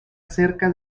cerca